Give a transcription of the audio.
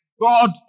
God